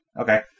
Okay